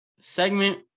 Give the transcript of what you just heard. Segment